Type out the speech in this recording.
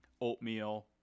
oatmeal